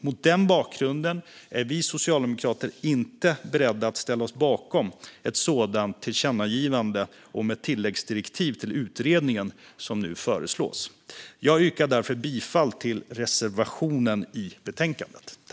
Mot denna bakgrund är vi socialdemokrater inte beredda att ställa oss bakom ett sådant tillkännagivande om ett tilläggsdirektiv till utredningen som nu föreslås. Jag yrkar därför bifall till reservationen i betänkandet.